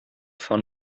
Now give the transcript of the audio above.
von